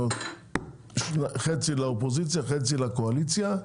חצי לאופוזיציה וחצי לקואליציה.